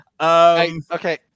Okay